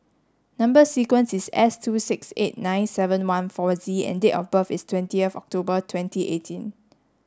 number sequence is S two six eight nine seven one four Z and date of birth is twentieth October twenty eighteen